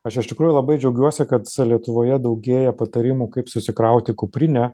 aš iš tikrųjų labai džiaugiuosi kad lietuvoje daugėja patarimų kaip susikrauti kuprinę